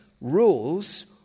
rules